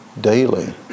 Daily